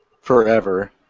Forever